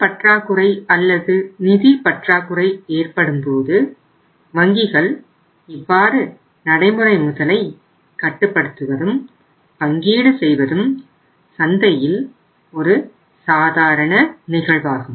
கடன் பற்றாக்குறை அல்லது நிதி பற்றாக்குறை ஏற்படும்போது வங்கிகள் இவ்வாறு நடைமுறை முதலை கட்டுப்படுத்துவதும் பங்கீடு செய்வதும் சந்தையில் ஒரு சாதாரண நிகழ்வாகும்